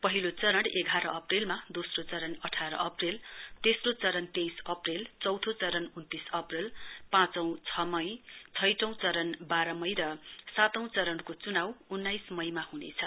पहिलो चरण एघार अप्रलेमा दोस्रो चरण अठार अप्रेलतेस्रो चरण तेइस अप्रेल चौथो चरण उन्तीस अप्रेल पाँचौं चरण छ मई छैटौं चरण बाह्र मई र सातौं चरणको च्नाउ उन्नाइस मईमा ह्नेछ